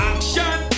Action